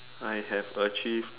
I have achieved